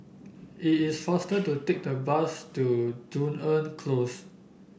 it is faster to take the bus to Dunearn Close